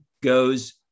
goes